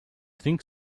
think